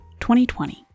2020